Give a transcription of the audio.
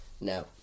No